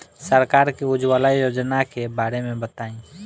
सरकार के उज्जवला योजना के बारे में बताईं?